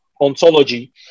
ontology